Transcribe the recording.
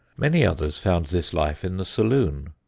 many others found this life in the saloon,